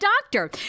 doctor